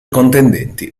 contendenti